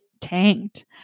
tanked